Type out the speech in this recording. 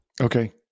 Okay